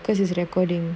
because it's recording